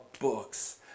books